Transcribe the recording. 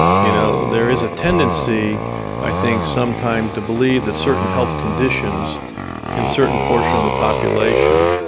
you know. there is a tendency i think sometimes to believe that certain health conditions in certain portion of the population